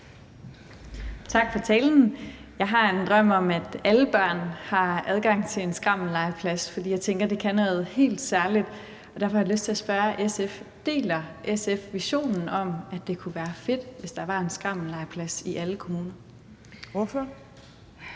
Tak for talen. Jeg har en drøm om, at alle børn har adgang til en skrammellegeplads, for jeg tænker, at det kan noget helt særligt, og derfor har jeg lyst til at spørge SF: Deler SF visionen om, at det kunne være fedt, hvis der var en skrammellegeplads i alle kommuner? Kl.